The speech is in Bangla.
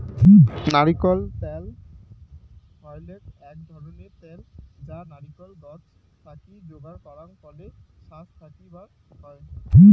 নারিকোল ত্যাল হইলেক এ্যাক নাকান ত্যাল যা নারিকোল গছ থাকি যোগার করাং ফলের শাস থাকি বার হই